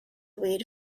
weed